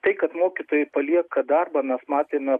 tai kad mokytojai palieka darbą mes matėme